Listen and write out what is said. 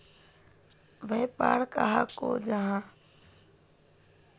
व्यापार कहाक को जाहा?